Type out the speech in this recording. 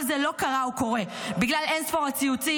אני אציין כי כל זה לא קרה או קורה בגלל אין-ספור הציוצים,